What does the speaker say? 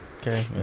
Okay